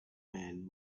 man